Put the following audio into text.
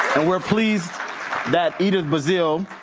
and we're pleased that edith bazile,